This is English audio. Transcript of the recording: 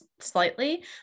slightly